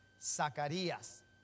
Zacarías